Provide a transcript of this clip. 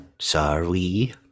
sorry